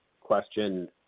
question